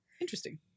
Interesting